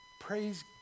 Praise